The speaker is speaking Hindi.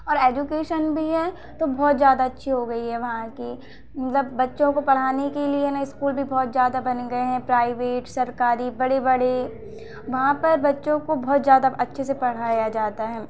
और एजुकेशन भी है तो बहुत ज़्यादा अच्छी हो गई है वहां की मतलब बच्चों को पढ़ाने के लिए नए इस्कूल भी बहुत ज़्यादा बन गए हैं प्राइवेट सरकारी बड़े बड़े वहां पर बच्चों को बहुत ज़्यादा अच्छे से पढ़ाया जाता है